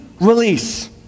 release